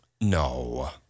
No